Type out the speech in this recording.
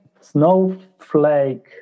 Snowflake